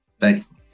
Thanks